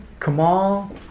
Kamal